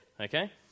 okay